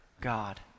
God